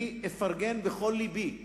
אני אפרגן בכל לבי,